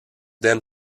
then